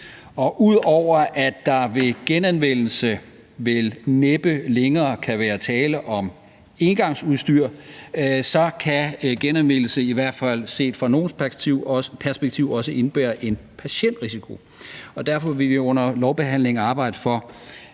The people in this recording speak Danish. Ud over at der ved genanvendelse vel næppe længere kan være tale om engangsudstyr, så kan genanvendelse i hvert fald set fra nogles perspektiv også indebære en patientrisiko. Derfor vil vi under lovbehandlingen arbejde for,